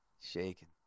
Shaking